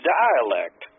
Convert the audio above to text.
dialect